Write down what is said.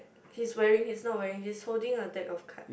he's wearing he's not wearing he's holding a deck of card